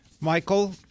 Michael